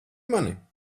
mani